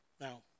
Now